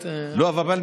הם בעלי הבית.